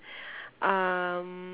um